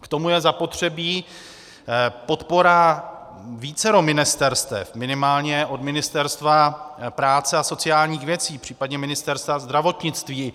K tomu je zapotřebí podpora vícero ministerstev, minimálně od Ministerstva práce a sociálních věcí, případně Ministerstva zdravotnictví.